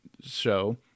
show